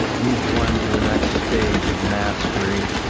leads one to the next stage of mastery.